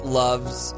loves